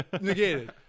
Negated